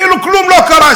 כאילו כלום לא קרה,